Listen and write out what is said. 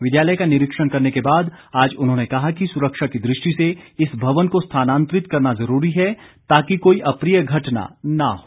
विद्यालय का निरीक्षण करने के बाद आज उन्होंने कहा कि सुरक्षा की दृष्टि से इस भवन को स्थानांतरित करना जरूरी है ताकि कोई अप्रिय घटना न हो